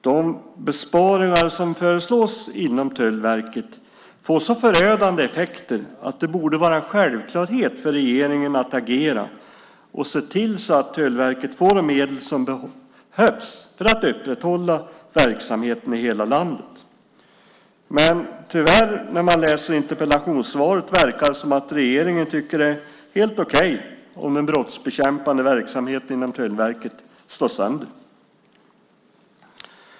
De besparingar som föreslås inom Tullverket får så förödande effekter att det borde vara en självklarhet för regeringen att agera och se till att Tullverket får de medel som behövs för att upprätthålla verksamheten i hela landet. Men när man läser interpellationssvaret verkar det tyvärr som om regeringen tycker att det är helt okej att den brottsbekämpande verksamheten inom Tullverket slås sönder.